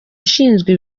ushinzwe